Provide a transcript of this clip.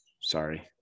Sorry